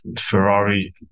Ferrari